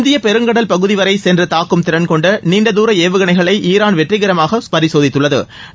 இந்திய பெருங்கடல் பகுதி வரை சென்று தாக்கும் திறன் கொண்ட நீண்டதூர ஏவுகணைகளை ஈரான் வெற்றிகரமாக பரிசோதித்துள்ளது்